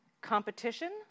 competition